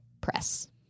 press